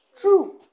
true